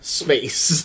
space